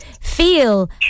feel